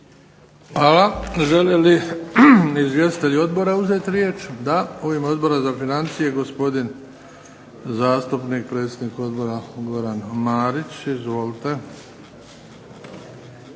Hvala. Žele li izvjestitelji odbora uzeti riječ? Da. U ime Odbora za financije gospodin zastupnik, predsjednik odbora Goran Marić. Izvolite.